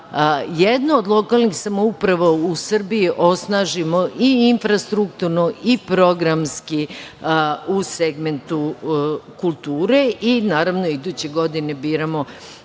jedno od lokalnih samouprava u Srbiji osnažimo i infrastrukturno i programski u segmentu kulture. Naravno, iduće godine biramo